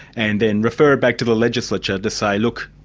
and then refer it back to the legislature to say, look,